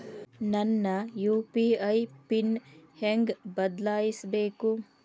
ನನ್ನ UPI PIN ಹೆಂಗ್ ಬದ್ಲಾಯಿಸ್ಬೇಕು?